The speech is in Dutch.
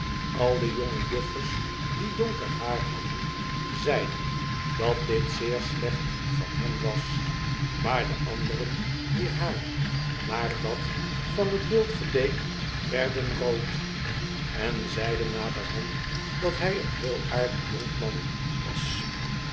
al de jongejuffers die donker haar hadden zeiden dat dit zeer slecht van hem was maar de anderen wier haar naar dat van het beeld geleek werden rood en zeiden naderhand dat hy een heel aardig jonkman was